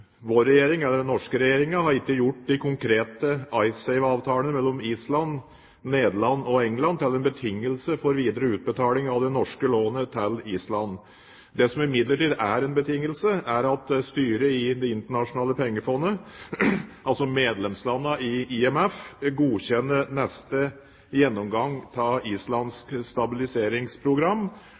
Den norske regjeringen har ikke gjort de konkrete IceSave-avtalene mellom Island, Nederland og Storbritannia til en betingelse for videre utbetaling av det norske lånet til Island. Det som imidlertid er en betingelse, er at styret i Det internasjonale pengefondet, altså medlemslandene i IMF, godkjenner neste gjennomgang av Islands stabiliseringsprogram,